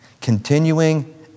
continuing